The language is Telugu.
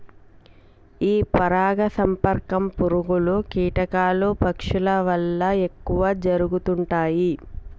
ఈ పరాగ సంపర్కం పురుగులు, కీటకాలు, పక్షుల వల్ల ఎక్కువ జరుగుతుంటాయి